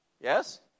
Yes